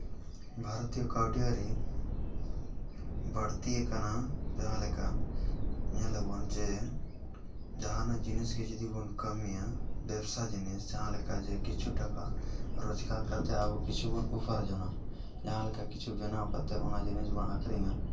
ᱵᱷᱟᱨᱚᱛᱤᱭᱚ ᱠᱟᱹᱣᱰᱤ ᱟᱹᱨᱤ ᱵᱟᱹᱲᱛᱤᱭᱟᱠᱟᱱᱟ ᱡᱟᱦᱟᱸ ᱞᱮᱠᱟ ᱧᱮᱞ ᱟᱵᱚᱱ ᱡᱮ ᱡᱟᱦᱟᱱᱟᱜ ᱡᱤᱱᱤᱥᱜᱮ ᱡᱩᱫᱤ ᱵᱚᱱ ᱠᱟᱹᱢᱤᱭᱟ ᱵᱮᱵᱽᱥᱟ ᱡᱤᱱᱤᱥ ᱡᱟᱦᱟᱸ ᱞᱮᱠᱟ ᱠᱤᱪᱷᱩ ᱴᱟᱠᱟ ᱨᱳᱡᱽᱜᱟᱨ ᱠᱟᱛᱮᱫ ᱟᱵᱚ ᱠᱤᱪᱷᱩ ᱵᱚᱱ ᱩᱯᱟᱨᱡᱚᱱᱟ ᱡᱟᱦᱟᱸ ᱞᱮᱠᱟ ᱠᱤᱪᱷᱩ ᱵᱮᱱᱟᱣ ᱠᱟᱛᱮᱫ ᱚᱱᱟ ᱡᱤᱱᱤᱥ ᱵᱚᱱ ᱟᱹᱠᱷᱨᱤᱧᱟ